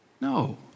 No